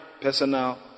personal